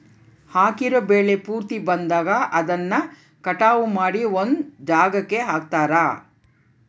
ಹಾಕಿರೋ ಬೆಳೆ ಪೂರ್ತಿ ಬಂದಾಗ ಅದನ್ನ ಕಟಾವು ಮಾಡಿ ಒಂದ್ ಜಾಗಕ್ಕೆ ಹಾಕ್ತಾರೆ